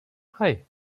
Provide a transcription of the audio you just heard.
hei